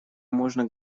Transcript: можно